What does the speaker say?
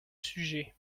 sujets